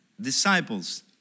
disciples